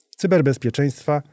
cyberbezpieczeństwa